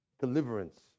deliverance